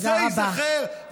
זה ייזכר,